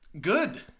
Good